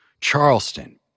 Charleston